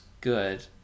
good